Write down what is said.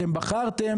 אתם בחרתם,